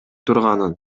турганын